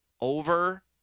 over